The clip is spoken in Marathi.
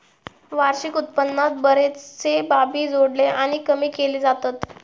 वार्षिक उत्पन्नात बरेचशे बाबी जोडले आणि कमी केले जातत